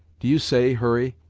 do you say, hurry,